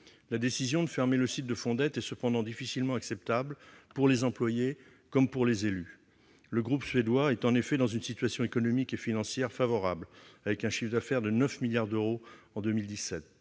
La décision de fermer le site de Fondettes est cependant difficilement acceptable pour les employés comme pour les élus. Le groupe suédois est, en effet, dans une situation économique et financière favorable, avec un chiffre d'affaires de 9 milliards d'euros en 2017.